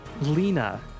Lena